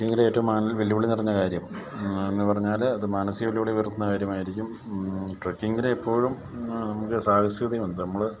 ട്രക്കിങ്ങിൽ ഏറ്റവും വെല്ലുവിളി നിറഞ്ഞ കാര്യം എന്ന് പറഞ്ഞാൽ അത് മാനസിക വെല്ലുവിളി ഉയർത്തുന്ന കാര്യമായിരിക്കും ട്രക്കിങ്ങിന് എപ്പോഴും നമുക്ക് സാഹസികത ഉണ്ട് നമ്മൾ